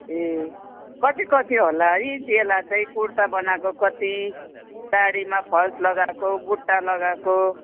ए कति कति होला है ज्याला चाहिँ कुर्ता बनाएको कति साडीमा फल्स लगाएको बुट्टा लगाएको